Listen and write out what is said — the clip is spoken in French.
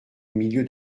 milieu